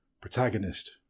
protagonist